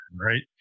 right